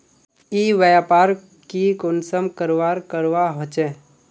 ई व्यापार की कुंसम करवार करवा होचे?